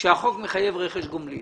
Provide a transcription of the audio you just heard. כאשר החוק מחייב רכש גומלין.